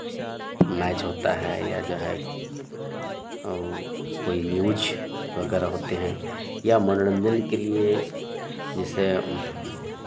match होता है या जो है औ कोई न्यूज़ वगैरह होते हैं या मनोरंजन के लिए जैसे